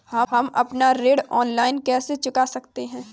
हम अपना ऋण ऑनलाइन कैसे चुका सकते हैं?